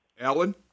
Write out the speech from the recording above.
Alan